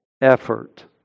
effort